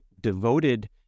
devoted